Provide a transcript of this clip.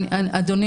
אדוני,